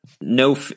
no